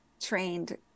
trained